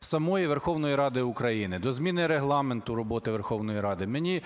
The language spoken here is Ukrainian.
самої Верховної Ради України, до зміни Регламенту роботи Верховної Ради. Мені